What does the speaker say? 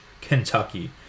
Kentucky